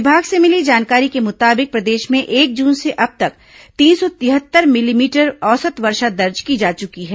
विभाग से मिली जानकारी के मुताबिक प्रदेश में एक जून से अब तक तीन सौ तिहत्तर मिलीमीटर औसत वर्षा दर्ज की जा चुकी है